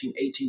18